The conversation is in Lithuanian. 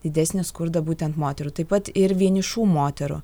didesnį skurdą būtent moterų taip pat ir vienišų moterų